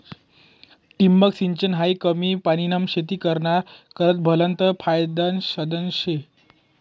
ठिबक सिंचन हायी कमी पानीमा शेती कराना करता भलतं फायदानं साधन शे